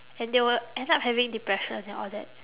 and they will end up having depression and all that